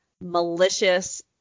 malicious